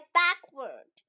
backward